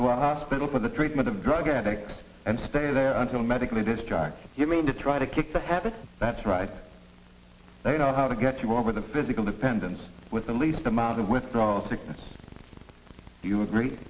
to a hospital for the treatment of a drug addict and stay there until medically distracts you mean to try to kick the habit that's right you know how to get you over the physical dependence with the least amount of withdrawal sickness you agree